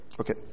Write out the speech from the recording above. Okay